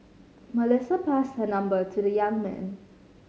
Melissa passed her number to the young man